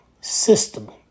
system